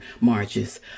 marches